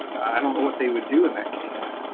i don't know what they would do in that case.